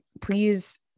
Please